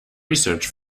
research